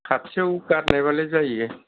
खाथियाव गारनायबालाय जायो